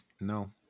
No